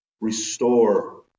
restore